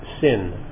sin